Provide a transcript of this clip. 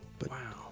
Wow